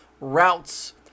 routes